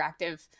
interactive